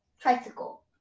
tricycle